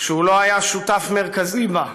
שהוא לא היה שותף מרכזי בה.